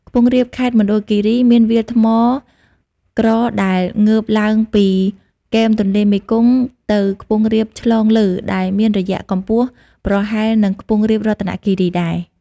ខ្ពង់រាបខេត្តមណ្ឌលគិរី មានវាលថ្មក្រដែលងើបឡើងពី គែមទន្លេមេគង្គទៅខ្ពង់រាបឆ្លងលើ ដែលមានរយៈកំពស់ប្រហែលនឹងខ្ពង់រាប រតនគីរីដែរ ។